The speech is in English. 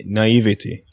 naivety